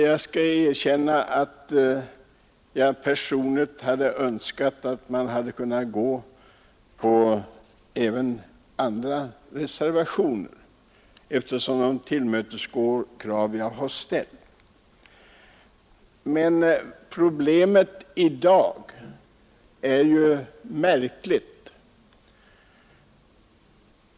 Jag skall erkänna att jag personligen hade önskat att kunna gå med på även förslag i andra reservationer eftersom de tillmötesgår krav som jag har ställt. Men problemet i dag är ju märkligt.